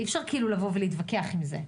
אי אפשר להתווכח עם זה.